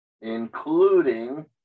including